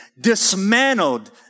dismantled